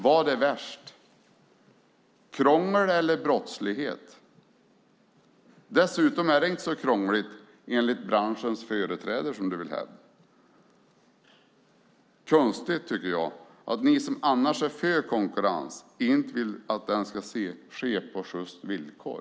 Vad är värst, krångel eller brottslighet? Dessutom är det inte så krångligt, enligt branschens företrädare, som du vill hävda. Det är konstigt, tycker jag, att ni som annars är för konkurrens inte vill att den ska ske på sjysta villkor.